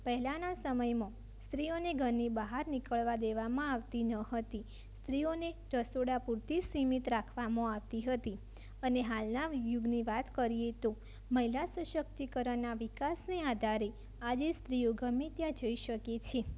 પહેલાંના સમયમાં સ્ત્રીઓને ઘરની બહાર નીકળવા દેવામાં આવતી ન હતી સ્ત્રીઓને રસોડા પૂરતી જ સીમિત રાખવામાં આવતી હતી અને હાલના વી યુગની વાત કરીએ તો મહિલા સશક્તિકરણના વિકાસના આધારે આજે સ્ત્રીઓ ગમે ત્યાં જઈ શકે છે